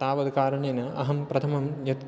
तावद् कारणेन अहं प्रथमं यत्